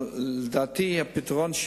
אבל לדעתי הפתרון,